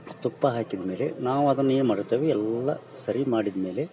ತುಪ್ಪ ಹಾಕಿದಮೇಲೆ ನಾವು ಅದನ್ನ ಏನ್ಮಾಡ್ತೀವಿ ಎಲ್ಲಾ ಸರಿ ಮಾಡಿದ್ಮೇಲೆ